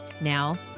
Now